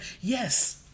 Yes